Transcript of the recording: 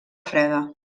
freda